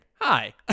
hi